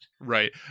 right